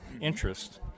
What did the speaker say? interest